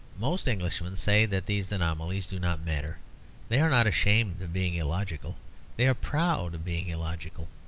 most englishmen say that these anomalies do not matter they are not ashamed of being illogical they are proud of being illogical.